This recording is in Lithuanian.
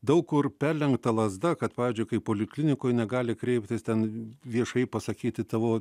daug kur perlenkta lazda kad pavyzdžiui kaip poliklinikoj negali kreiptis ten viešai pasakyti tavo